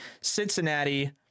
Cincinnati